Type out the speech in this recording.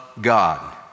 God